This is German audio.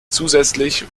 zusätzlich